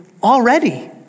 Already